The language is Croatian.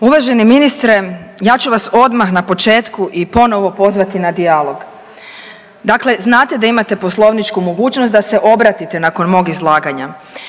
Uvaženi ministre. Ja ću vas odmah na početku i ponovno pozvati na dijalog. Dakle, znate da imate poslovničku mogućnost da se obratite nakon mog izlaganja.